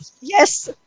yes